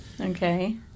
Okay